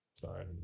Sorry